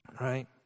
right